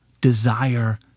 desire